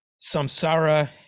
samsara